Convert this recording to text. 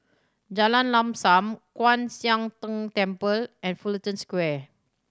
Jalan Lam Sam Kwan Siang Tng Temple and Fullerton Square